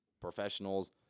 professionals